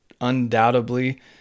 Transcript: undoubtedly